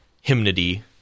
hymnody